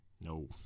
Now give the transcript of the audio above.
No